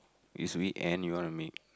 is weekend you want to meet